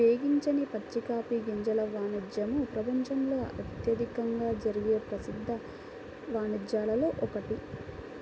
వేగించని పచ్చి కాఫీ గింజల వాణిజ్యము ప్రపంచంలో అత్యధికంగా జరిగే ప్రసిద్ధ వాణిజ్యాలలో ఒకటి